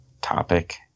topic